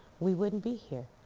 we wouldn't be here,